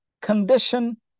condition